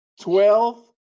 twelve